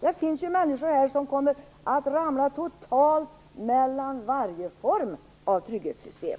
Det finns de som totalt kommer att ramla mellan varje form av trygghetssystem.